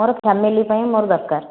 ମୋର ଫ୍ୟାମିଲି ପାଇଁ ମୋର ଦରକାର